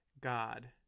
God